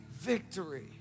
Victory